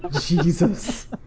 Jesus